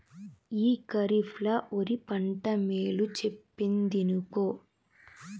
ఈ కరీఫ్ ల ఒరి పంట మేలు చెప్పిందినుకో